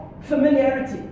familiarity